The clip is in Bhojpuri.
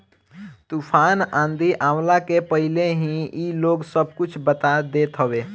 तूफ़ान आंधी आवला के पहिले ही इ लोग सब कुछ बता देत हवे